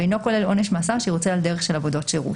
ואינו כולל עונש מאסר שירוצה על דרך של עבודות שירות,